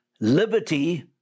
liberty